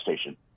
station